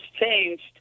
changed